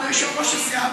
ויושב-ראש הסיעה,